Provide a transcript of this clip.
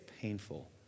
painful